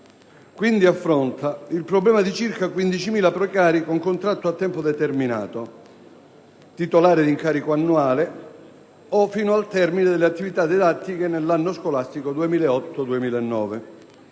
quindi il problema di circa 15.000 precari con contratto a tempo determinato, titolari di incarico annuale o fino al termine delle attività didattiche nell'anno scolastico 2008-2009.